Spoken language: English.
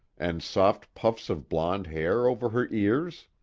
and soft puffs of blond hair over her ears?